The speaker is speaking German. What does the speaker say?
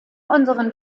unserem